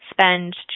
spend